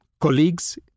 colleagues